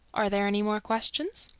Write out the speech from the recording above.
are there any more questions?